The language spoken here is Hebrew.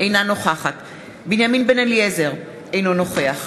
אינה נוכחת בנימין בן-אליעזר, אינו נוכח